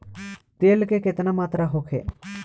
तेल के केतना मात्रा होखे?